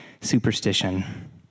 superstition